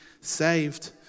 saved